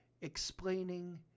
explaining